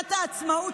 שמגילת העצמאות,